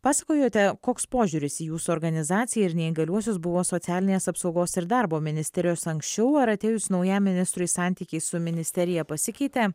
pasakojote koks požiūris į jūsų organizacija ir į neįgaliuosius buvo socialinės apsaugos ir darbo ministerijos anksčiau ar atėjus naujam ministrui santykiai su ministerija pasikeitė